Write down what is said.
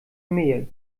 mail